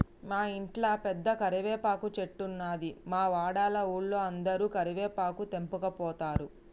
మా ఇంట్ల పెద్ద కరివేపాకు చెట్టున్నది, మా వాడల ఉన్నోలందరు కరివేపాకు తెంపకపోతారు